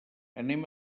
anem